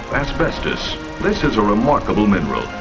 asbestos this is a remarkable mineral.